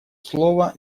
слово